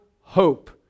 hope